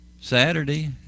saturday